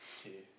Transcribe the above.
okay